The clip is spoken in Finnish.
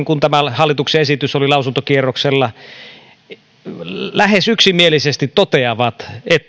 kun tämä hallituksen esitys oli lausuntokierroksella lähes yksimielisesti toteavat että